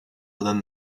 within